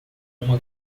uma